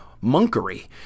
monkery